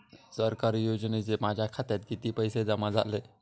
सरकारी योजनेचे माझ्या खात्यात किती पैसे जमा झाले?